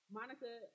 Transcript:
Monica